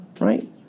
right